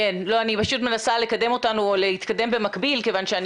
אני פשוט מנסה לקדם אותנו להתקדם במקביל כיוון שאני